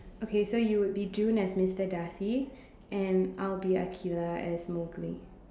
okay so you would be June as Mister Darcy and I will be Aqilah as Mowgli